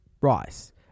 rice